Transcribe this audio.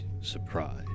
surprise